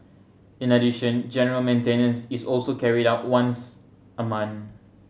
in addition general maintenance is also carried out once a month